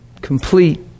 complete